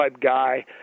guy